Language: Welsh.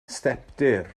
stepdir